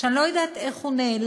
שאני לא יודעת איך הוא נעלם